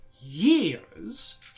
years